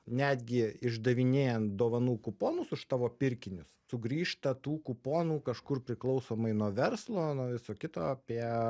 netgi išdavinėjan dovanų kuponus už tavo pirkinius sugrįžta tų kuponų kažkur priklausomai nuo verslo nuo viso kito apie